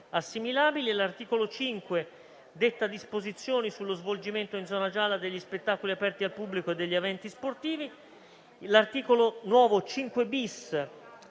assimilabili. L'articolo 5 detta disposizioni sullo svolgimento, in zona gialla, degli spettacoli aperti al pubblico e degli eventi sportivi. Il nuovo